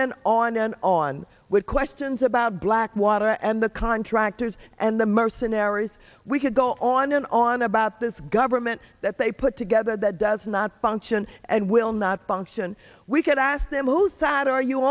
and on and on with questions about blackwater and the contractors and the mercenaries we could go on and on about this government that they put together that does not function and will not function we could ask them who side are you